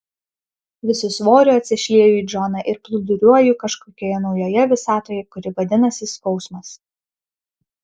visu svoriu atsišlieju į džoną ir plūduriuoju kažkokioje naujoje visatoje kuri vadinasi skausmas